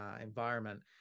environment